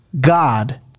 god